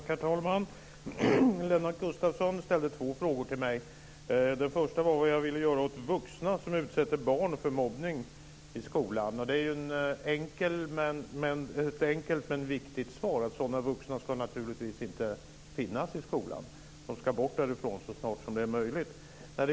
Herr talman! Lennart Gustavsson ställde två frågor till mig. Den första var vad jag vill göra åt vuxna som i skolan utsätter barn för mobbning. Svaret är enkelt men viktigt: Sådana vuxna ska naturligtvis inte finnas i skolan. De ska bort därifrån så snart som möjligt.